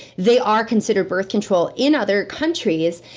they are considered birth control, in other countries,